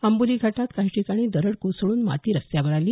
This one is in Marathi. आंबोली घाटात काही ठिकाणी दरड कोसळून माती रस्त्यावर आली